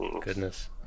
goodness